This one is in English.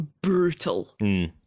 brutal